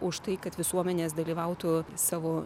už tai kad visuomenės dalyvautų savo